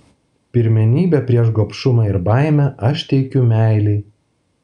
pirmenybę prieš gobšumą ir baimę aš teikiu meilei